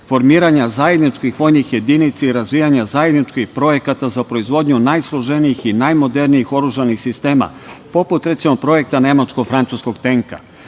formiranja zajedničkih vojnih jedinica i razvijanja zajedničkih projekata za proizvodnju najsloženijih i najmodernijih oružanih sistema, poput recimo projekta nemačko-francuskog tenka.